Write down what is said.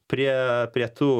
prie pietų